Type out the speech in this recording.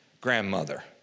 grandmother